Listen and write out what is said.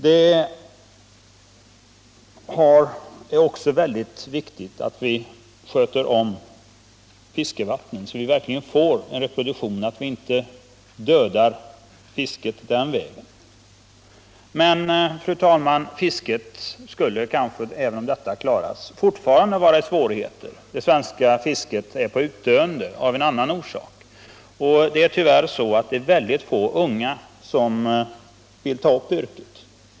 Vidare är det mycket viktigt att vi sköter om fiskevattnen, så att vi verkligen får en reproduktion och inte dödar fisket den vägen. Men även om vi klarade de problemen skulle fisket kanske ändå fortfarande ha svårigheter. Det svenska fisket är nämligen på utdöende av en helt annan orsak. Det är tyvärr bara få unga som vill ta upp yrket.